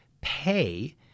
pay –